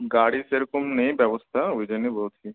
গাড়ি সেরকম নেই ব্যবস্থা ওই জন্য বলছি